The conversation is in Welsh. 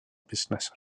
busnes